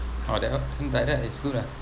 oh that like that is good lah